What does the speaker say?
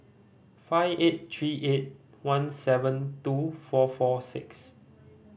five eight three eight one seven two four four six